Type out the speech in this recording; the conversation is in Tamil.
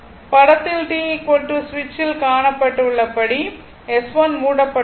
படத்தில் t 0 வில் சுவிட்ச் S1 மூடப்பட்டுள்ளது